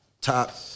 top